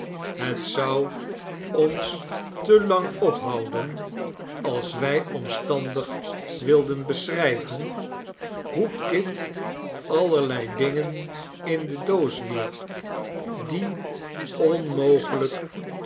het zou ons te lang ophouden als wij omstandig wilden beschrijven hoe kit allerlei dingen in de doos wierp die onmogelijk